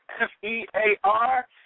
F-E-A-R